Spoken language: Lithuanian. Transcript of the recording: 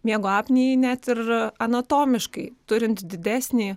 miego apnėjai net ir anatomiškai turint didesnį